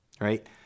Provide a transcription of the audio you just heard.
right